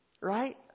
right